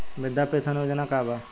वृद्ध पेंशन योजना का बा?